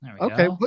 Okay